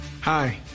Hi